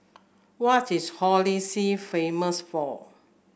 what is Holy See famous for